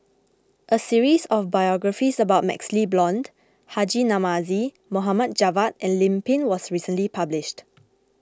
a series of biographies about MaxLe Blond Haji Namazie Mohd Javad and Lim Pin was recently published